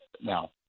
now